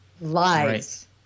Lies